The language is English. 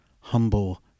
humble